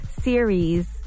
series